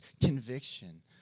conviction